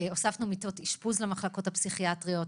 הוספנו מיטות אשפוז למחלקות הפסיכיאטריות.